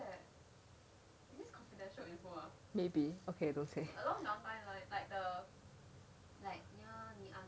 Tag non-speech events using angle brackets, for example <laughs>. is this confidential info ah <laughs> okay don't say